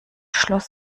schluss